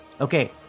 Okay